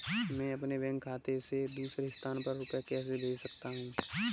मैं अपने बैंक खाते से दूसरे स्थान पर रुपए कैसे भेज सकता हूँ?